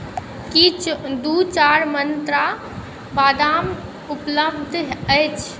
की चौबीस मन्त्रा बादाम उपलब्ध अछि